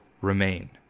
remain